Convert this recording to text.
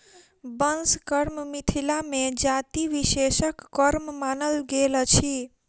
बंस कर्म मिथिला मे जाति विशेषक कर्म मानल गेल अछि